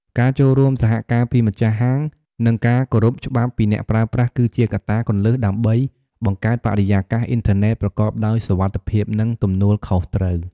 ការចូលរួមសហការពីម្ចាស់ហាង និងការគោរពច្បាប់ពីអ្នកប្រើប្រាស់ គឺជាកត្តាគន្លឹះដើម្បីបង្កើតបរិយាកាសអ៊ីនធឺណិតប្រកបដោយសុវត្ថិភាព និងទំនួលខុសត្រូវ។